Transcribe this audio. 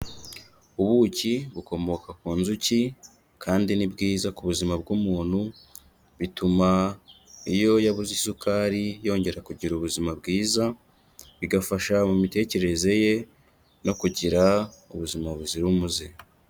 Ubuki bukomoka ku nzuki kandi ni bwiza ku buzima bw'umuntu, bituma iyo yabuze isukari yongera kugira ubuzima bwiza bigafasha mu mitekerereze ye no kugira ubuzima buzira umuze.